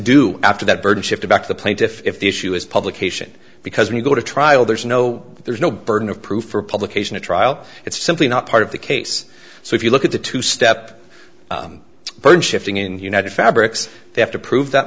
do after that burden shifted back to the plaintiffs if the issue is publication because when you go to trial there's no there's no burden of proof for publication a trial it's simply not part of the case so if you look at the two step purge shifting in the united fabrics they have to prove that